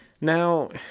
now